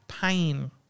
Pain